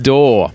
Door